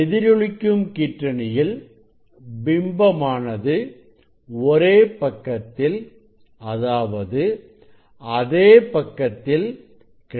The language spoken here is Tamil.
எதிரொலிக்கும் கீர்த்தனையில் பிம்பம் ஆனது ஒரே பக்கத்தில் அதாவது அதே பக்கத்தில் கிடைக்கும்